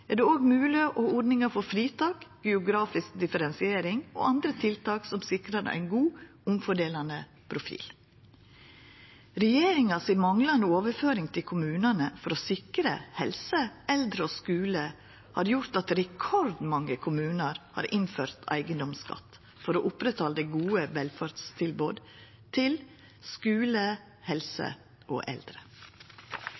er det òg mogleg å ha ordningar for fritak, geografisk differensiering og andre tiltak som sikrar ein god, omfordelande profil. Regjeringa si manglande overføring til kommunane for å sikra helse, eldre og skule har gjort at rekordmange kommunar har innført eigedomsskatt for å oppretthalda gode velferdstilbod, til skule, helse